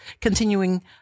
continuing